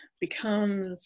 becomes